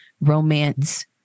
romance